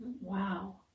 wow